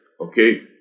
okay